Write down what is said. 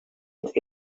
het